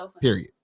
Period